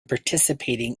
participating